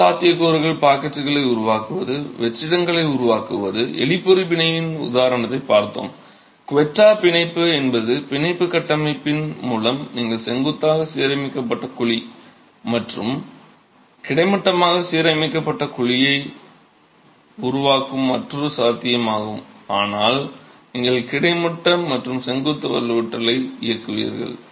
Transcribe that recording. மற்ற சாத்தியக்கூறுகள் பாக்கெட்டுகளை உருவாக்குவது வெற்றிடங்களை உருவாக்குவது எலி பொறி பிணைப்பின் உதாரணத்தைப் பார்த்தோம் குவெட்டா பிணைப்பு என்பது பிணைப்பு கட்டமைப்பின் மூலம் நீங்கள் செங்குத்தாக சீரமைக்கப்பட்ட குழி மற்றும் கிடைமட்டமாக சீரமைக்கப்பட்ட குழியை உருவாக்கும் மற்றொரு சாத்தியமாகும் அதனால் நீங்கள் கிடைமட்ட மற்றும் செங்குத்து வலுவூட்டலை இயக்குவீர்கள்